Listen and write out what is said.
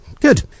Good